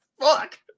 Fuck